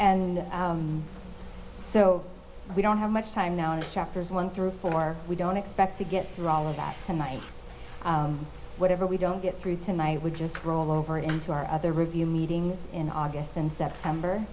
and so we don't have much time now in chapters one through four we don't expect to get through all of that tonight whatever we don't get through time i would just roll over into our other review meeting in august and september